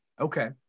okay